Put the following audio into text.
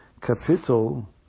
capital